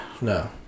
No